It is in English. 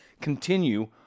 continue